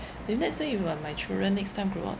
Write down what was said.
if let's say if uh my children next time grow up